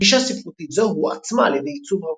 גישה ספרותית זו הועצמה על ידי עיצוב רבגוני.